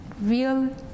real